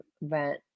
event